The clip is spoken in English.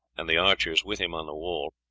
and the archers with him on the wall,